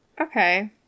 Okay